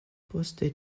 poste